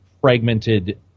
fragmented